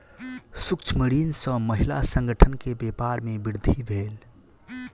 सूक्ष्म ऋण सॅ महिला संगठन के व्यापार में वृद्धि भेल